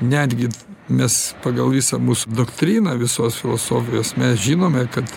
netgi mes pagal visą mūsų doktriną visos filosofijos mes žinome kad